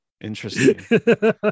Interesting